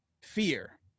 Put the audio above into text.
fear